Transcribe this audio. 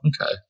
okay